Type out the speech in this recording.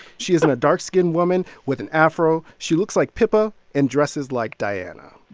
she isn't a dark-skinned woman with an afro. she looks like pippa and dresses like diana.